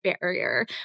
barrier